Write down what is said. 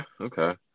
Okay